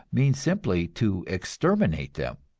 means simply to exterminate them.